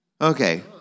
Okay